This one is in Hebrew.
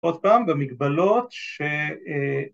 ‫עוד פעם, במגבלות ש...